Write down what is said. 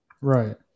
Right